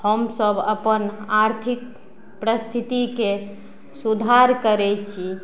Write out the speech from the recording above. हमसब अपन आर्थिक परिस्थिति सुधार करय छी